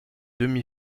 demi